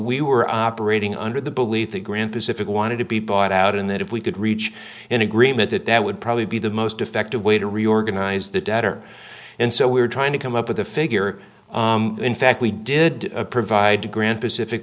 we were operating under the belief that grand pacific wanted to be bought out and that if we could reach an agreement that that would probably be the most effective way to reorganize the debtor and so we were trying to come up with a figure in fact we did provide to grant pacific